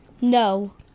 No